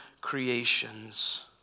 creations